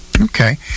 Okay